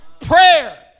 prayer